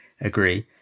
agree